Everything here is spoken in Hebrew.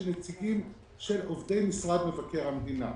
של נציגים שהם עובדי משרד מבקר המדינה.